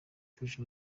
itujuje